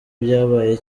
byabaye